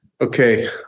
Okay